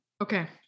Okay